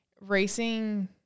racing